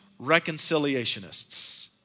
reconciliationists